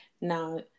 now